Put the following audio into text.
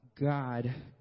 God